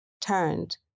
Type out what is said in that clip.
turned